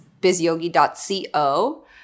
bizyogi.co